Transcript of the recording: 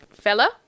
fella